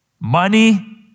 money